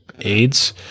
AIDS